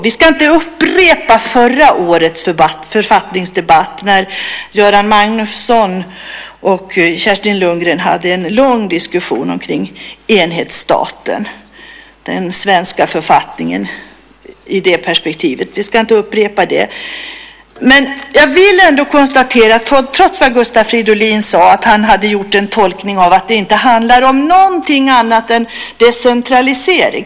Vi ska inte upprepa förra årets författningsdebatt, då Göran Magnusson och Kerstin Lundgren hade en lång diskussion om enhetsstaten och den svenska författningen i det perspektivet. Vi ska inte upprepa det. Gustav Fridolin sade att han hade gjort en tolkning som sade att det här inte handlar om någonting annat än decentralisering.